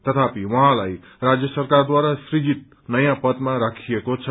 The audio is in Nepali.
तथापि उहाँलाई राज्य सरकारद्वारा सुजित नयाँ पदमा राखिएको छ